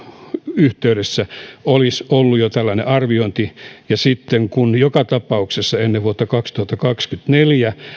yhteydessä olisi ollut tällainen arviointi kun joka tapauksessa ennen vuotta kaksituhattakaksikymmentäneljä